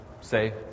say